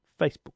Facebook